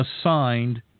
assigned